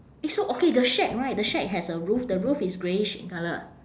eh so okay the shack right the shack has a roof the roof is greyish in colour